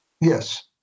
Yes